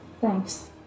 Thanks